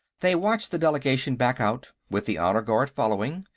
they watched the delegation back out, with the honor-guard following.